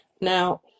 Now